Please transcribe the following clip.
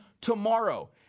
tomorrow